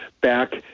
back